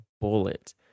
bullet